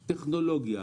בטכנולוגיה,